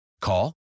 Call